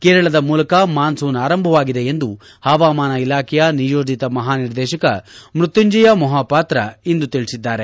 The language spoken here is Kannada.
ಕೇರಳದ ಮೂಲಕ ಮಾನ್ದೂನ್ ಆರಂಭವಾಗಿದೆ ಎಂದು ಹವಾಮಾನ ಇಲಾಖೆಯ ನಿಯೋಜಿತ ಮಹಾನಿರ್ದೇಶಕ ಮೃತ್ಯುಂಜಯ ಮೊಹಾಪಾತ್ರ ಇಂದು ತಿಳಿಸಿದ್ದಾರೆ